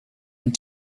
and